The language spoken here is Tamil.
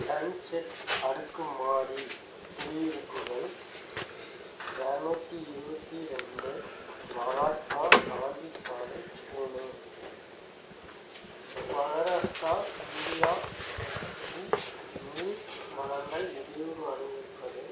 சன்செட் அடுக்குமாடி குடியிருப்புகள் இரநூத்தி இருபத்தி ரெண்டு மகாத்மா காந்தி சாலை புனே மகாராஷ்டிரா இந்தியாவில் நீர் வழங்கல் இடையூறு அனுபவிப்பது